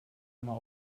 einmal